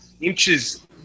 inches